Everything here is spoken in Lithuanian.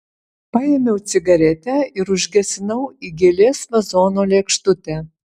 paėmiau cigaretę ir užgesinau į gėlės vazono lėkštutę